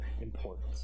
important